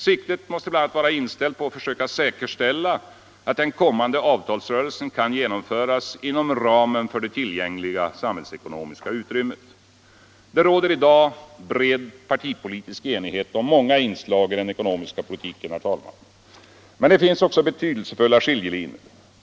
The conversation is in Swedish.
Siktet måste bl.a. vara inställt på att försöka säkerställa att den kommande avtalsrörelsen kan genomföras inom ramen för det tillgängliga samhällsekonomiska utrymmet. Det råder i dag bred partipolitisk enighet om många inslag i den ekonomiska politiken. Men det finns också betydelsefulla skiljelinjer.